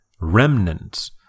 Remnants